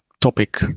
topic